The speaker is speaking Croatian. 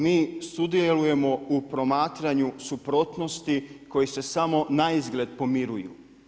Mi sudjelujemo u promatranju suprotnosti koje se samo naizgled pomiruju.